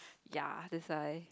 ya that's why